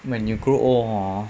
when you grow old hor